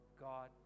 God